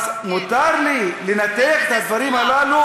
אז מותר לי לנתח את הדברים הללו,